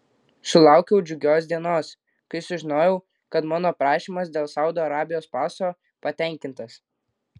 sulaukiau džiugios dienos kai sužinojau kad mano prašymas dėl saudo arabijos paso patenkintas